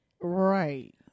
Right